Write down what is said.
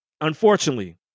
Unfortunately